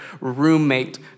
roommate